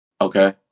Okay